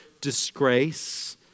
disgrace